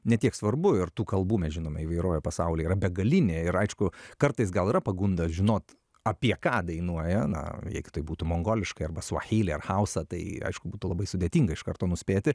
ne tiek svarbu ir tų kalbų mes žinome įvairovė pasaulyje yra begalinė ir aišku kartais gal yra pagunda žinot apie ką dainuoja na jeigu tai būtų mongoliškai arba suahili ar halsa tai aišku būtų labai sudėtinga iš karto nuspėti